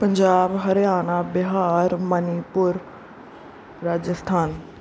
Punjab Haryana Bihar Manipur Rajasthan